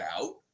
out